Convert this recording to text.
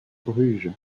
bruges